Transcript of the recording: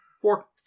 Four